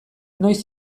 noiz